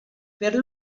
per